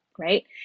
right